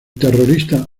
terrorista